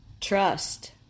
trust